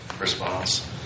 response